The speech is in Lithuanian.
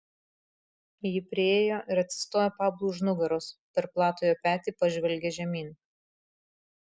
ji priėjo ir atsistojo pablui už nugaros per platų jo petį pažvelgė žemyn